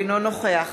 אינו נוכח